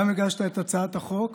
גם הגשת את הצעת החוק